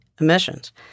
emissions